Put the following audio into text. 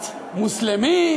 את מוסלמית?